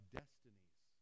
destinies